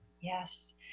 Yes